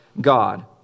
God